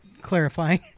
clarifying